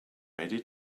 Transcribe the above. ready